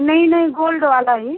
नहीं नहीं गोल्ड वाला ही